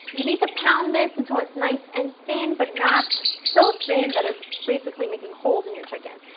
you need to pound this until it's nice and thin, but not so thin that it's basically making holes in your chicken.